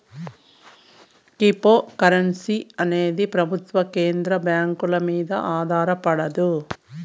cryptocurrency అనేది ప్రభుత్వం కేంద్ర బ్యాంకుల మీద ఆధారపడదు